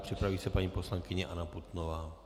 Připraví se paní poslankyně Anna Putnová.